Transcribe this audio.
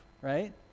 right